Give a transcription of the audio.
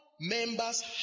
members